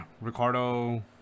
Ricardo